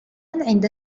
عند